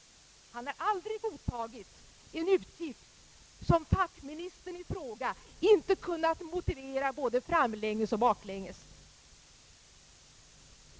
Han har aldrig godta git en utgift som fackministern i fråga inte kunnat motivera både framlänges och baklänges!